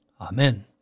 Amen